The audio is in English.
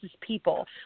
people